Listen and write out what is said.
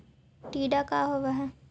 टीडा का होव हैं?